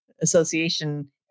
association